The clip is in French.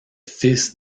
fils